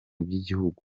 by’igihugu